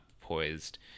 poised